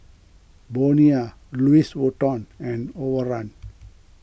Bonia Louis Vuitton and Overrun